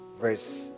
Verse